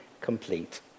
complete